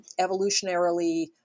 evolutionarily